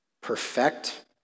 perfect